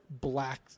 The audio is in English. black